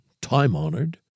time-honored